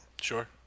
Sure